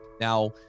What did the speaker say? Now